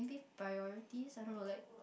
priorities I don't know like